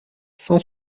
cent